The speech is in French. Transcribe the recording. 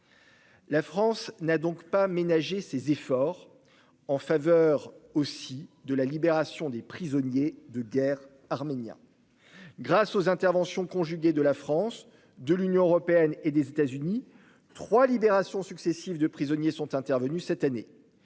La France n'a pas non plus ménagé ses efforts en faveur de la libération des prisonniers de guerre arméniens. Grâce aux interventions conjuguées de la France, de l'Union européenne et des États-Unis, trois libérations successives de prisonniers sont intervenues cette année.